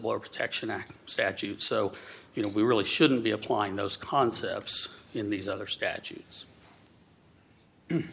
blower protection act statute so you know we really shouldn't be applying those concepts in these other statutes